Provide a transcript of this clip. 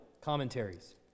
Commentaries